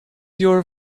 your